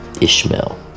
Ishmael